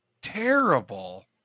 terrible